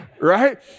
Right